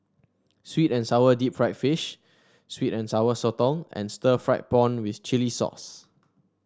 sweet and sour Deep Fried Fish sweet and Sour Sotong and Stir Fried Prawn with Chili Sauce